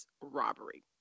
robbery